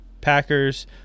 Packers